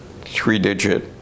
three-digit